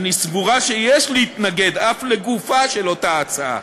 אני סבורה שיש להתנגד אף לגופה של אותה הצעה.